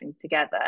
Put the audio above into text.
together